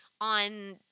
on